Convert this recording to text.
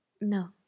No